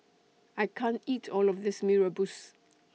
I can't eat All of This Mee Rebus